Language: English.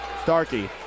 Starkey